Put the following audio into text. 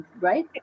right